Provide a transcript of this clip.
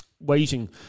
Waiting